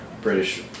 British